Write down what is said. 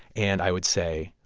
and i would say,